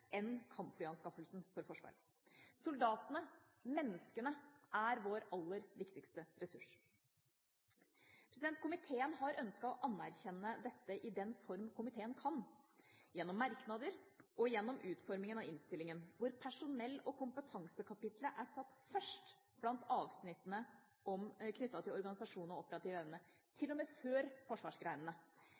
enn kampflyanskaffelsen for Forsvaret. Soldatene – menneskene – er vår aller viktigste ressurs. Komiteen har ønsket å anerkjenne dette i den form komiteen kan, gjennom merknader og gjennom utformingen av innstillingen, hvor personell- og kompetansekapittelet er satt først blant avsnittene knyttet til organisasjon og operativ evne – til og med før